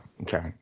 Okay